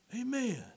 Amen